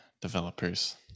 developers